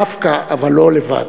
דווקא, אבל לא לבד.